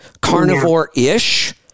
carnivore-ish